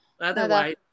otherwise